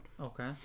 Okay